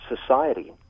society